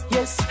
Yes